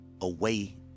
away